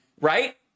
right